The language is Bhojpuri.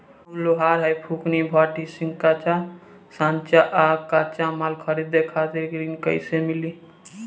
हम लोहार हईं फूंकनी भट्ठी सिंकचा सांचा आ कच्चा माल खरीदे खातिर ऋण कइसे मिली?